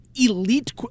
elite